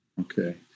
Okay